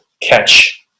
catch